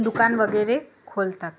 दुकान वगैरे खोलतात